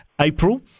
April